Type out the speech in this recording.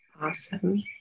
Awesome